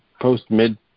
post-mid